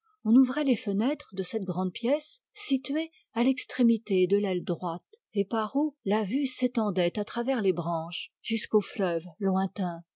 on ouvrait les fenêtres de cette grande pièce située à l'extrémité de l'aile droite et par où la vue s'étendait à travers les branches jusqu'au fleuve lointain